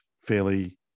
fairly